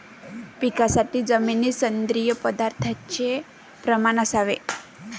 पिकासाठी जमिनीत सेंद्रिय पदार्थाचे प्रमाण असावे